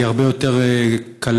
היא הרבה יותר קלה,